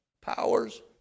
powers